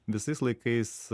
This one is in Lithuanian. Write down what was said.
visais laikais